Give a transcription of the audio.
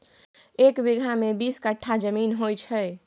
एक बीगहा मे बीस कट्ठा जमीन होइ छै